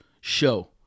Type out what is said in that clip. show